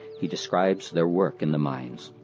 he describes their work in the mines